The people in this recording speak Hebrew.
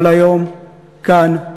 אבל היום, כאן,